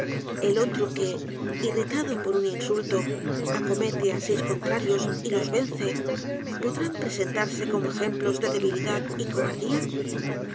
el otro que irritado por un insulto acomete á seis contrarios y los vence podrán presentarse como ejemplos de debilidad y cobardía